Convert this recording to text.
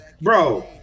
bro